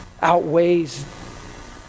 outweighs